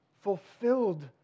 fulfilled